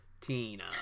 tina